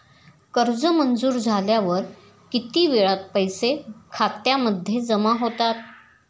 कर्ज मंजूर झाल्यावर किती वेळात पैसे खात्यामध्ये जमा होतात?